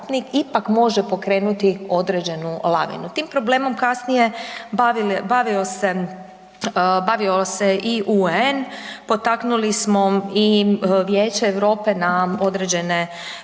ipak može pokrenuti određenu lavinu. Tim problemom kasnije bavio se, bavio se i UN, potaknuli smo i Vijeće Europe na određene korake,